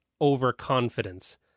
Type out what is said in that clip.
overconfidence